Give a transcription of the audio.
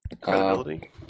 Credibility